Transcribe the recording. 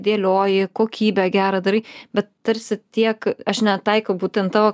dėlioji kokybę gerą darai bet tarsi tiek aš netaikau būtent tavo